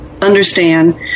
understand